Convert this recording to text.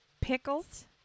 Pickles